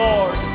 Lord